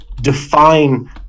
define